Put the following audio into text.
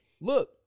Look